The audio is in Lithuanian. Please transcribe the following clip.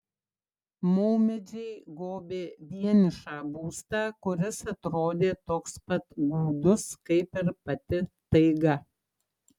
maumedžiai gobė vienišą būstą kuris atrodė toks pat gūdus kaip ir pati taiga